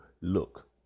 look